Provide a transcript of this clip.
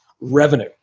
Revenue